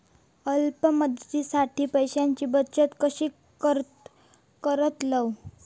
अल्प मुदतीसाठी पैशांची बचत कशी करतलव?